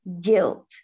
guilt